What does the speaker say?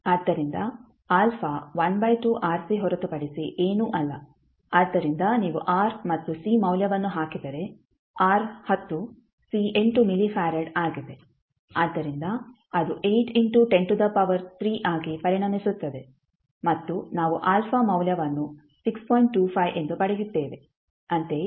ಆದ್ದರಿಂದ α ಹೊರತುಪಡಿಸಿ ಏನೂ ಅಲ್ಲ ಆದ್ದರಿಂದ ನೀವು R ಮತ್ತು C ಮೌಲ್ಯವನ್ನು ಹಾಕಿದರೆ R 10 C 8 ಮಿಲಿ ಫರಾಡ್ಆಗಿದೆ ಆದ್ದರಿಂದ ಅದು 8 ಇಂಟು 10 ಟು ದ ಪವರ್ 3 ಆಗಿ ಪರಿಣಮಿಸುತ್ತದೆ ಮತ್ತು ನಾವು α ನ ಮೌಲ್ಯವನ್ನು 6